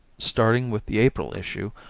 starting with the april issue,